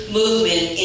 movement